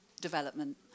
development